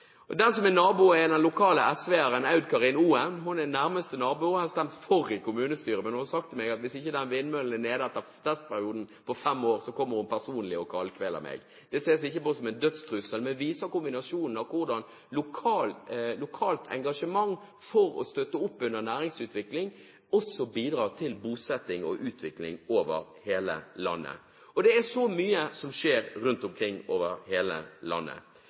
Den som er nabo, er lokal SV-er, Aud Karin Oen. Hun er nærmeste nabo og har stemt for i kommunestyret, men hun har sagt til meg at hvis ikke den vindmøllen er nede etter testperioden på fem år, kommer hun personlig og kaldkveler meg. Det ser jeg ikke på som en dødstrussel, men det viser kombinasjonen – hvordan lokalt engasjement for å støtte opp om næringsutvikling også bidrar til bosetting og utvikling over hele landet. Det er så mye som skjer rundt omkring over hele landet.